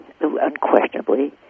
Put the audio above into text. unquestionably